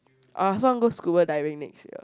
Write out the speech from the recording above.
I also want go scuba diving next year